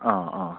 ആ ആ